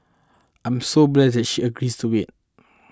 I'm so blessed that she agrees to it